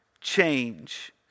change